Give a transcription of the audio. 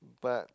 but